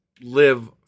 live